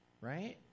right